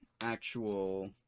actual